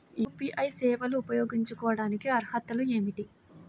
UPI సేవలు ఉపయోగించుకోటానికి అర్హతలు ఏమిటీ?